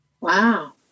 Wow